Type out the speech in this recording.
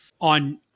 on